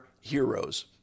heroes